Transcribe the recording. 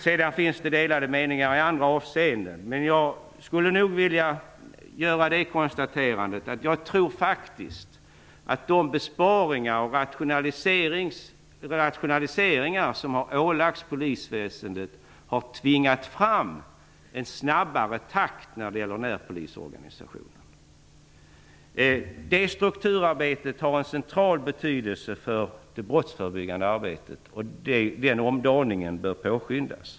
Det finns delade meningar i andra avseenden, men jag skulle vilja göra konstaterandet att jag faktiskt tror att de besparingar och rationaliseringar som har ålagts polisväsendet har tvingat fram en snabbare takt när det gäller närpolisorganisationen. Det strukturarbetet har en central betydelse för det brottsförebyggande arbetet. Den omdaningen bör påskyndas.